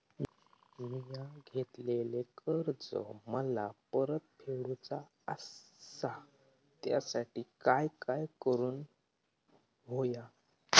मिया घेतलेले कर्ज मला परत फेडूचा असा त्यासाठी काय काय करून होया?